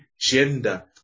gender